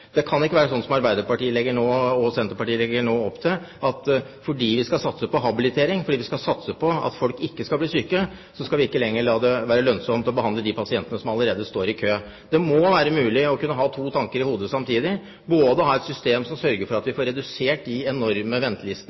Det kan ikke være slik, som Arbeiderpartiet og Senterpartiet nå legger opp til, at fordi vi skal satse på habilitering, fordi vi skal satse på at folk ikke skal bli syke, skal vi ikke lenger la det være lønnsomt å behandle de pasientene som allerede står i kø. Det må være mulig å ha to tanker i hodet samtidig, både ha et system som sørger for at vi får redusert de enorme